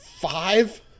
Five